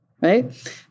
right